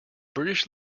british